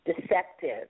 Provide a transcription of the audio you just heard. deceptive